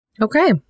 Okay